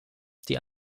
die